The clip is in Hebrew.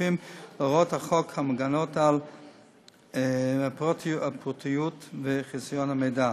להוראות החוק המגינות על הפרטיות ועל חסיון המידע.